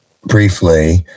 briefly